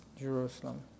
Jerusalem